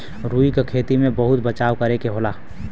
रुई क खेती में बहुत बचाव करे के होला